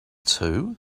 too